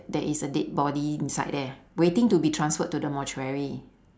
there is a dead body inside there waiting to be transferred to the mortuary